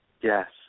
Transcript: Yes